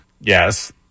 Yes